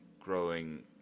growing